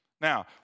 Now